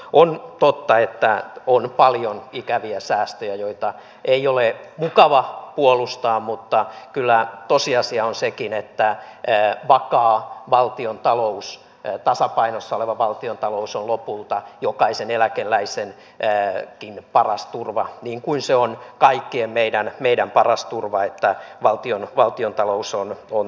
on totta että on paljon ikäviä säästöjä joita ei ole mukava puolustaa mutta kyllä tosiasia on sekin että vakaa valtiontalous tasapainossa oleva valtiontalous on lopulta jokaisen eläkeläisenkin paras turva niin kuin se on kaikkien meidän paras turva että valtiontalous on tasapainossa